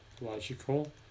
logical